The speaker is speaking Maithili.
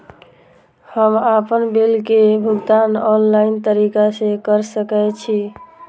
हम आपन बिल के भुगतान ऑनलाइन तरीका से कर सके छी?